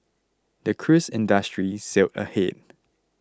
the cruise industry sailed ahead